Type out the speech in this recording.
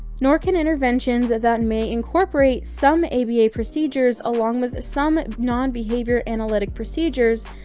nor can interventions that may incorporate some aba procedures along with some non behavior analytic procedures,